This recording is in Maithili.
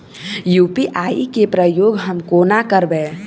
यु.पी.आई केँ प्रयोग हम कोना करबे?